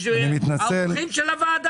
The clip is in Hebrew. לא יודע, אם תיקנו לו בית חדש הכול יהיה טוב.